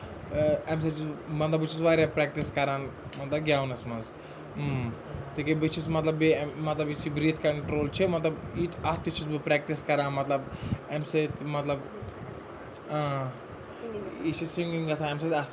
اَمہِ سۭتۍ چھُس بہٕ مطلب بہٕ چھُس واریاہ پریکٹِس کران مطلب گیونَس منٛز اۭں تِکیازِ بہٕ چھُس مطلب بیٚیہِ مطلب یُس یہِ بریٖتھ کَنٹرول چھُ مطلب اَتھ تہِ چھُس بہٕ پریکٹِس کران مطلب اَمہِ سۭتۍ مطلب إں یہِ چھِ سِنگِنگ گژھان اَمہِ سۭتۍ اَصٕل